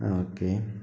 okay